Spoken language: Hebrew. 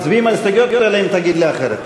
מצביעים על ההסתייגויות אלא אם תגיד לי אחרת.